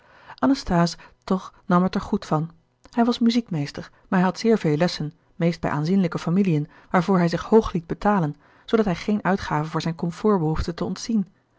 ansthase toch nam het er goed van hij was muziek meester maar hij had zeer veel lessen meest bij aanzienlijke familien waarvoor hij zich hoog liet betalen zoodat hij geene uitgaven voor zijn comfort behoefde te ontzien